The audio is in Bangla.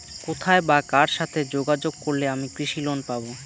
কোথায় বা কার সাথে যোগাযোগ করলে আমি কৃষি লোন পাব?